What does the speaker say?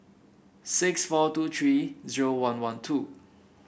six four two three zero one one two